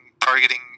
targeting